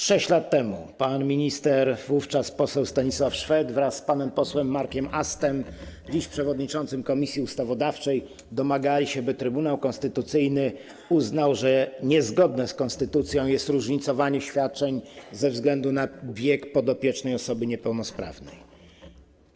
6 lat temu pan minister, wówczas jako poseł Stanisław Szwed, wraz z panem posłem Markiem Astem, dziś przewodniczącym Komisji Ustawodawczej, domagał się, by Trybunał Konstytucyjny uznał, że niezgodne z konstytucją jest różnicowanie świadczeń ze względu na wiek osoby niepełnosprawnej będącej pod opieką.